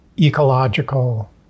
ecological